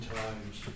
times